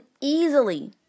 easily